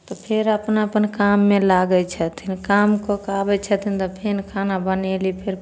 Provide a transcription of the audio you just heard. तऽ फेर अपना अपन काममे लागै छथिन काम कऽ कऽ आबै छथिन तऽ फेर खाना बनेली फेर